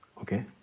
Okay